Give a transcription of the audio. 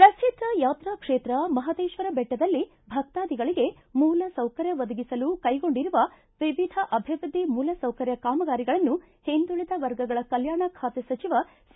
ಪ್ರಸಿದ್ದ ಯಾತ್ರಕ್ಷೇತ್ರ ಮಹದೇಶ್ವರ ಬೆಟ್ಟದಲ್ಲಿ ಭಕ್ತಾಧಿಗಳಿಗೆ ಮೂಲಸೌಕರ್ಯ ಒದಗಿಸಲು ಕೈಗೊಂಡಿರುವ ವಿವಿಧ ಅಭಿವೃದ್ದಿ ಮೂಲಸೌಕರ್ಯ ಕಾಮಗಾರಿಗಳನ್ನು ಹಿಂದುಳಿದ ವರ್ಗಗಳ ಕಲ್ಕಾಣ ಖಾತೆ ಸಚಿವ ಸಿ